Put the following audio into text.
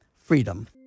Freedom